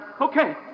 Okay